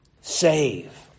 save